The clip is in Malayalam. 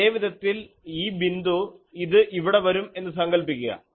അതേ വിധത്തിൽ ഈ ബിന്ദു ഇത് ഇവിടെ വരും എന്ന് സങ്കൽപ്പിക്കുക